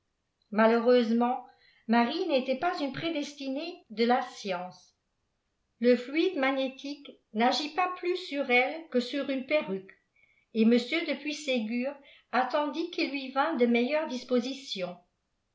malheureusement marie n'était pas une'prédestinée de la science le fluide magnétique n'agit pas plus sur elle que sur une perruque et m de puységur attendit qu'il lui vînt dé meil lèpres dispositions